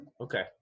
okay